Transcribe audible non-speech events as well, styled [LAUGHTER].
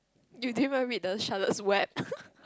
you didn't even read the Charlotte's-Web [LAUGHS]